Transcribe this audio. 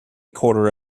quarter